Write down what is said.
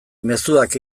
mezuak